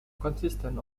consistent